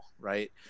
right